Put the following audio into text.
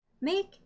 Make